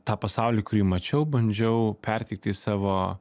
tą pasaulį kurį mačiau bandžiau perteikti į savo